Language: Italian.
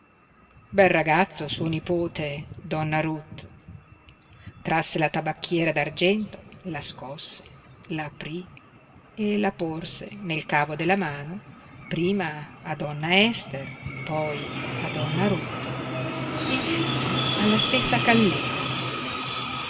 bel ragazzo suo nipote donna ruth trasse la tabacchiera d'argento la scosse l'aprí e la porse nel cavo della mano prima a donna ester poi a donna ruth infine alla stessa kallina